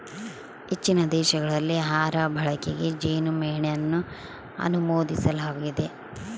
ಹೆಚ್ಚಿನ ದೇಶಗಳಲ್ಲಿ ಆಹಾರ ಬಳಕೆಗೆ ಜೇನುಮೇಣನ ಅನುಮೋದಿಸಲಾಗಿದೆ